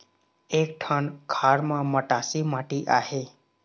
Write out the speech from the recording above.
एक ठन खार म मटासी माटी आहे?